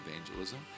evangelism